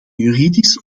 juridisch